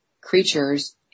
creatures